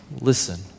listen